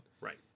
Right